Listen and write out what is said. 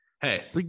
hey